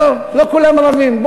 עזוב, לא כולם רבים.